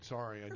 Sorry